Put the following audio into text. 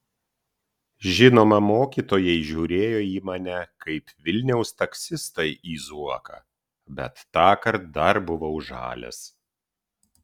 žinoma mokytojai žiūrėjo į mane kaip vilniaus taksistai į zuoką bet tąkart dar buvau žalias